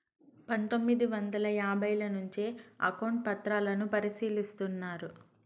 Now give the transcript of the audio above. పందొమ్మిది వందల యాభైల నుంచే అకౌంట్ పత్రాలను పరిశీలిస్తున్నారు